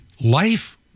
Life